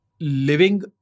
living